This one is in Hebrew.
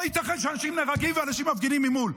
לא ייתכן שאנשים נהרגים, ואנשים מפגינים ממול.